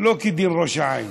לא כדין ראש העין,